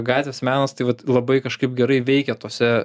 gatvės menas tai vat labai kažkaip gerai veikia tuose